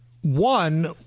One